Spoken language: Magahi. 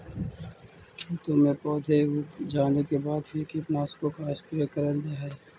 खेतों में पौधे उग जाने के बाद भी कीटनाशकों का स्प्रे करल जा हई